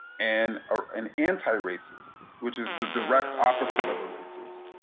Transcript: and ah an anti-racist, which is the direct opposite of a racist,